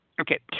Okay